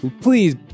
Please